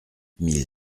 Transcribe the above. mille